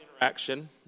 interaction